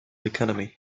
economy